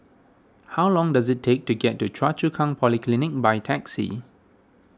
how long does it take to get to Choa Chu Kang Polyclinic by taxi